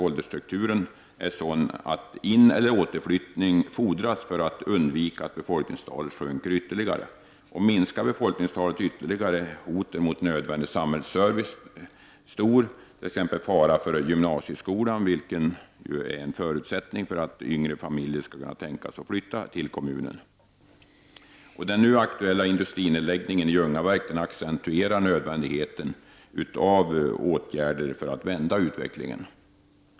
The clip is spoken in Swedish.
Åldersstrukturen är sådan att ineller återflyttning fordras för att befolkningstalet inte skall sjunka ytterligare. Om befolkningstalet minskar ytterligare hotar detta den nödvändiga samhällsservicen. Det skulle innebära stor fara för gymnasieskolan, vilken är en förutsättning för att yngre familjer kan tänka sig att flytta till kommunen. Den nu aktuella industrinedläggningen i Ljungaverk accentuerar nödvändigheten av åtgärder för att vända utvecklingen.